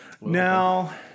Now